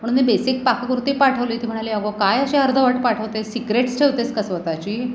म्हणून मी बेसिक पाककृती पाठवली ती म्हणाली अगं काय अशी अर्धवट पाठवते सिक्रेट्स ठेवतेस का स्वतःची